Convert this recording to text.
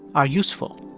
are useful.